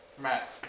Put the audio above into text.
Matt